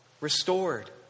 restored